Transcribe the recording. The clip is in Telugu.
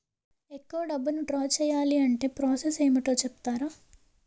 ఎక్కువ డబ్బును ద్రా చేయాలి అంటే ప్రాస సస్ ఏమిటో చెప్తారా?